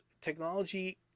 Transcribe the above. technology